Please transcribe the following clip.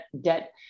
debt